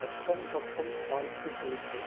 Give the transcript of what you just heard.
அக்கம் பக்கம் பார்த்து பேசு